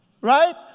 Right